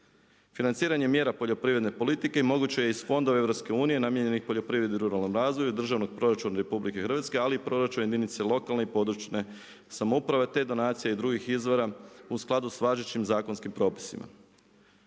Financiranje mjera poljoprivredne politike moguće je iz Fondova EU namijenjenih poljoprivredi ruralnom razvoju i državnog proračuna RH ali i proračuna jedinica lokalne i područne samouprave te donacija i drugih izvora u skladu sa važećim zakonskim propisima.